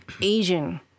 Asian